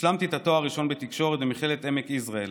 השלמתי את התואר הראשון בתקשורת במכללת עמק יזרעאל,